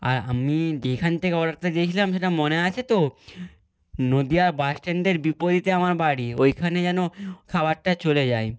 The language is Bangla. আর আমি যেইখান থেকে অর্ডারটা দিয়েছিলাম সেটা মনে আছে তো নদীয়া বাসস্ট্যান্ডের বিপরীতে আমার বাড়ি ওইখানে যেন খাবারটা চলে যায়